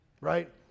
right